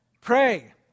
pray